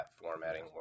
formatting